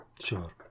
Sure